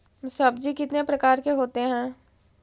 सब्जी कितने प्रकार के होते है?